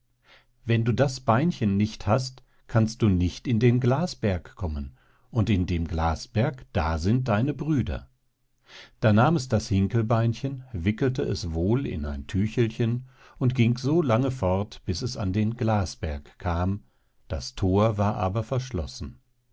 wenn du das beinchen nicht hast kannst du nicht in den glasberg kommen und in dem glasberg da sind deine brüder da nahm es das hinkelbeinchen wickelte es wohl in ein tüchelchen und ging so lange fort bis es an den glasberg kam das thor war aber verschlossen